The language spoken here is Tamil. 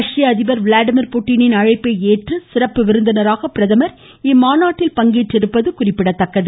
ரஷ்ய அதிபர் விளாடிமிர் புடினின் அழைப்பை ஏற்று சிறப்பு விருந்தினராக பிரதமர் இம்மாநாட்டில் பங்கேற்பது குறிப்பிடத்தக்கது